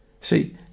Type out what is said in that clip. See